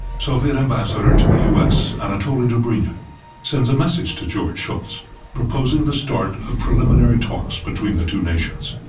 soviet ambassador to the u s. anatoly dobrynin sends a message to george shultz proposing the start of preliminary talks between the two nations.